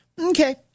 okay